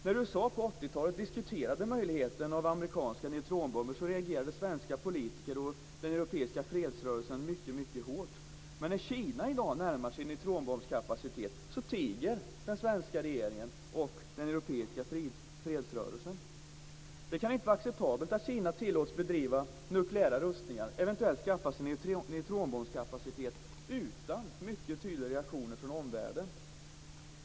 När man i USA på 80-talet diskuterade möjligheten av amerikanska neutronbomber reagerade svenska politiker och den europeiska fredsrörelsen mycket hårt. Men när Kina i dag närmar sig neutronbombskapacitet, tiger både den svenska regeringen och den europeiska fredsrörelsen. Det kan inte vara acceptabelt att Kina tillåts att bedriva sina nukleära rustningar och eventuellt skaffa sig neutronbombskapacitet utan mycket tydliga reaktioner från omvärlden.